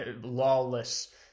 lawless